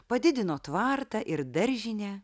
padidino tvartą ir daržinę